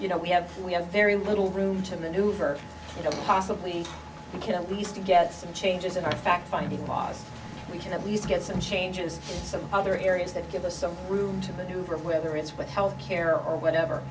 you know we have we have very little room to maneuver you know possibly can at least get some changes in our fact finding last we can at least get some changes some other areas that give us some room to maneuver whether it's what health care or what